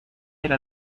era